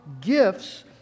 gifts